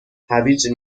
هویج